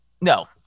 no